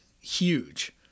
huge